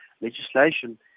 legislation